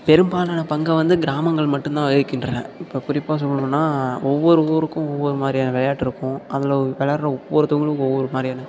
பெரும்பாலான பங்கை வந்து கிராமங்கள் மட்டும்தான் வகிக்கின்றன இப்போ குறிப்பாக சொல்லணுன்னா ஒவ்வொரு ஊருக்கும் ஒவ்வொரு மாதிரியான விளையாட்டு இருக்கும் அதில் வெளாடுற ஒவ்வொருத்தவர்களுக்கும் ஒவ்வொரு மாதிரியான